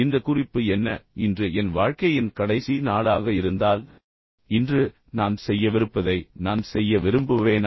இந்த குறிப்பு என்ன இன்று என் வாழ்க்கையின் கடைசி நாளாக இருந்தால் இன்று நான் செய்யவிருப்பதை நான் செய்ய விரும்புவேனா